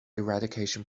eradication